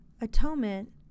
atonement